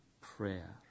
prayer